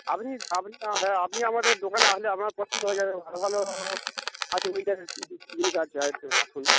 আপনি আপনি হ্যাঁ আপনি আমাদের দোকানে আহলে আপনার পছন্দ হয়ে যাবে ভালো ভালো আছে উইন্টার জিনিস আছে আসুন